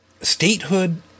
Statehood